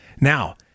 Now